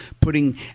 putting